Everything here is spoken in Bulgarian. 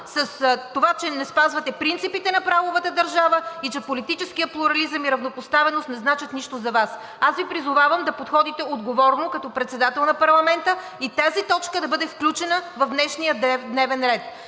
с това, че не спазвате принципите на правовата държава и че политическият плурализъм и равнопоставеност не значат нищо за Вас. Призовавам Ви да подходите отговорно като председател на парламента и тази точка да бъде включена в днешния дневен ред.